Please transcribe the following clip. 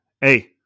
Hey